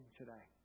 today